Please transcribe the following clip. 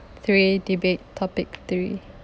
three debate topic three